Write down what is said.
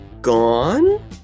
gone